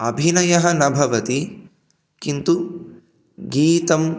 अभिनयः न भवति किन्तु गीतम्